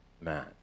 man